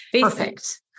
Perfect